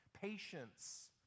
patience